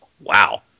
Wow